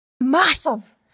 Massive